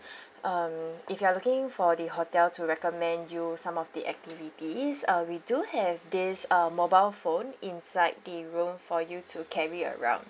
um if you are looking for the hotel to recommend you some of the activities uh we do have this uh mobile phone inside the room for you to carry around